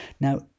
Now